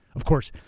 of course,